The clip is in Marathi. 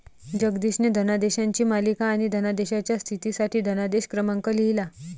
जगदीशने धनादेशांची मालिका आणि धनादेशाच्या स्थितीसाठी धनादेश क्रमांक लिहिला